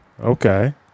Okay